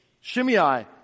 Shimei